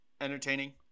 entertaining